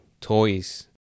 toys